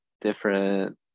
different